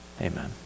Amen